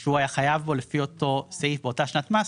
שהוא היה חייב בו לפי אותו סעיף באותה שנת מס,